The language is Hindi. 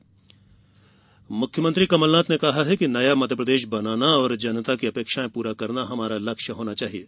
कमलनाथ मुख्यमंत्री कमलनाथ ने कहा है कि नया मध्यप्रदेश बनाने और जनता की अपेक्षाएँ पूरा करना हमारा लक्ष्य होना चाहिये